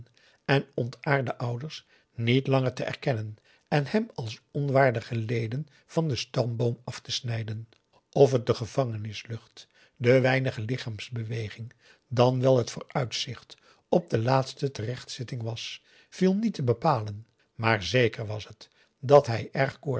en ontaarde ouders niet langer te erkennen en hen als onwaardige leden van den stamboom af te snijden of het de gevangenislucht de weinige lichaamsbeweging dan wel het vooruitzicht op de laatste terechtzitting was viel niet te bepalen maar zeker was het dat hij